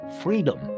freedom